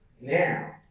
Now